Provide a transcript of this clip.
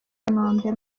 kanombe